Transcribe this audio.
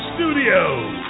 Studios